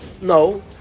No